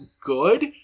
good